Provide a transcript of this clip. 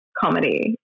comedy